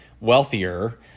wealthier